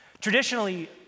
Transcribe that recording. Traditionally